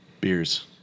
Beers